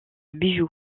bijou